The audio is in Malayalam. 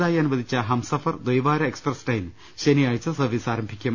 തായി അനുവദിച്ച ഹംസഫർ ദൈവാര എക്സ്പ്രസ് ട്രെയിൻ ശനിയാഴ്ച സർവ്വീസ് ആരംഭിക്കും